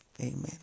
amen